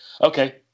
Okay